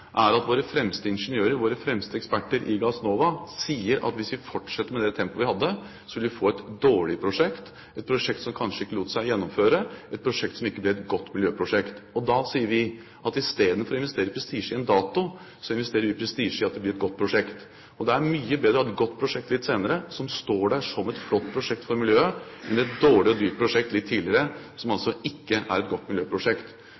er at våre fremste ingeniører, våre fremste eksperter i Gassnova, sier at hvis vi skulle fortsette med det tempoet vi hadde, ville vi få et dårlig prosjekt – et prosjekt som kanskje ikke lot seg gjennomføre, et prosjekt som ikke ville blitt et godt miljøprosjekt. Da sier vi at istedenfor å investere prestisje i en dato, investerer vi prestisje i at det blir et godt prosjekt. Det er mye bedre å ha et godt prosjekt litt senere som står der som et flott prosjekt for miljøet, enn et dårlig og dyrt prosjekt litt tidligere, som altså ikke er et godt miljøprosjekt.